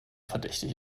verdächtig